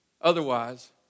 Otherwise